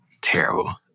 terrible